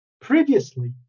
previously